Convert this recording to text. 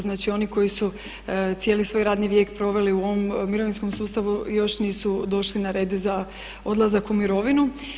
Znači oni koji su cijeli svoj radni vijek proveli u ovom mirovinskom sustavu još nisu došli na red za odlazak u mirovinu.